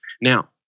Now